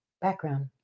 Background